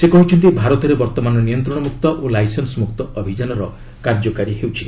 ସେ କହିଛନ୍ତି ଭାରତରେ ବର୍ତ୍ତମାନ ନିୟନ୍ତ୍ରଣମୁକ୍ତ ଓ ଲାଇସେନ୍ସମୁକ୍ତ ଅଭିଯାନର କାର୍ଯ୍ୟକାରୀ ହେଉଛି